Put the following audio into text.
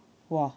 !wah!